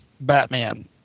Batman